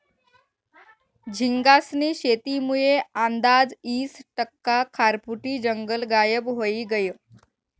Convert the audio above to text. झींगास्नी शेतीमुये आंदाज ईस टक्का खारफुटी जंगल गायब व्हयी गयं